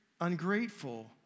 ungrateful